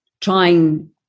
trying